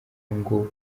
ngo